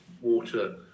water